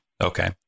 Okay